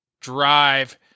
Drive